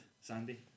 Sandy